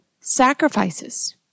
sacrifices